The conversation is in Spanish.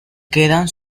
quedan